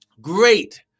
great